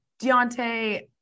Deontay